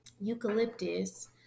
eucalyptus